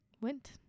went